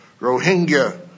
Rohingya